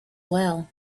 well